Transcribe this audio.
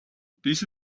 this